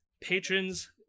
patrons